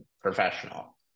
professional